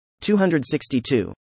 262